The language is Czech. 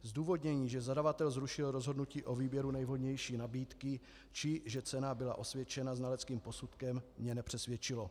Zdůvodnění, že zadavatel zrušil rozhodnutí o výběru nejvhodnější nabídky či že cena byla osvědčena znaleckým posudkem, mě nepřesvědčilo.